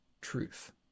truth